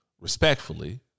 respectfully